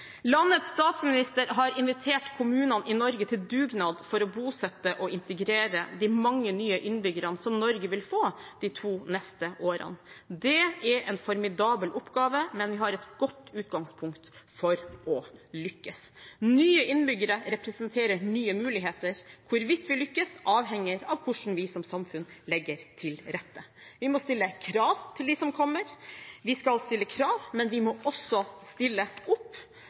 Landets statsminister har invitert kommunene i Norge til dugnad for å bosette og integrere de mange nye innbyggerne som Norge vil få de to neste årene. Det er en formidabel oppgave, men vi har et godt utgangspunkt for å lykkes. Nye innbyggere representerer nye muligheter. Hvorvidt vi lykkes, avhenger av hvordan vi som samfunn legger til rette. Vi må stille krav til dem som kommer. Vi skal stille krav, men vi må også stille opp.